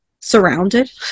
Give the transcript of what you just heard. surrounded